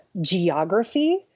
geography